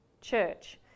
church